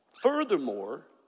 Furthermore